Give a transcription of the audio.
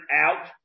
out